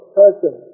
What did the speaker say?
person